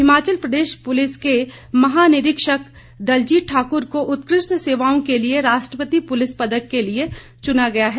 Himachal Pradesh police के महा निरीक्षक दलजीत ठाकुर को उत्कृष्ट सेवाओं के लिए राष्ट्रपति पुलिस पदक के लिए चुना गया है